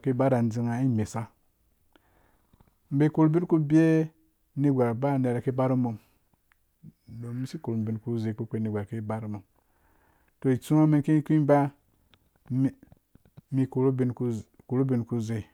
kai bara dzingha ba mesa bai korhu ubin ku bewe negwar ba nera ki baru umum domin mum isi korhu mum ubinku itsuwa mum ki ku ba mum korhu ubin ku zei